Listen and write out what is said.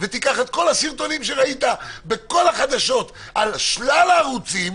ותיקח את כל הסרטונים שראית בכל החדשות על שלל הערוצים,